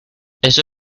eso